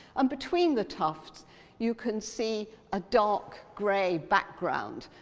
and between the tufts you can see a dark grey background.